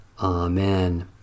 Amen